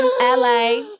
LA